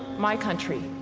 my country,